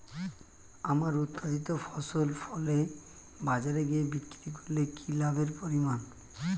আমার উৎপাদিত ফসল ফলে বাজারে গিয়ে বিক্রি করলে কি লাভের পরিমাণ?